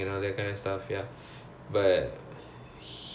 oh how old is he sia